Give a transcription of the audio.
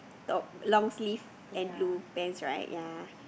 top long sleeve and blue pants right